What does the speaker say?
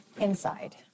inside